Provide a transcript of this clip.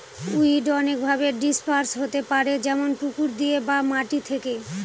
weed অনেকভাবে disperse হতে পারে যেমন পুকুর দিয়ে বা মাটি থেকে